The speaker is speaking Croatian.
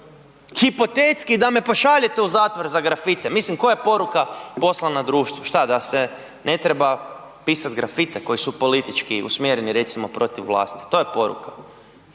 Hipotetski, da me pošaljete u zatvor za grafite, mislim koja je poruka poslana društvu? Šta da se ne treba pisati grafite koji su politički usmjereni protiv recimo vlasti, to je poruka.